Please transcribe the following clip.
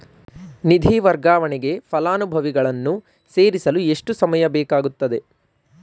ನಿಧಿ ವರ್ಗಾವಣೆಗೆ ಫಲಾನುಭವಿಗಳನ್ನು ಸೇರಿಸಲು ಎಷ್ಟು ಸಮಯ ಬೇಕಾಗುತ್ತದೆ?